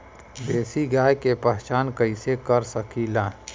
देशी गाय के पहचान कइसे कर सकीला?